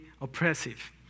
oppressive